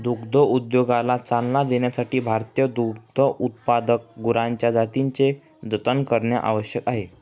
दुग्धोद्योगाला चालना देण्यासाठी भारतीय दुग्धोत्पादक गुरांच्या जातींचे जतन करणे आवश्यक आहे